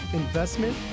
investment